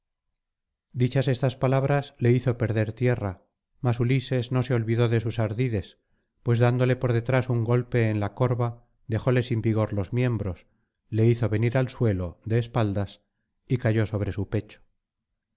dichas estas palabras le hizo perder tierra mas ulises no se olvidó de sus ardides pues dándole por detrás un golpe en la corva dejóle sin vigor los miembros le hizo venir al suelo de espaldas y cayó sobre su pecho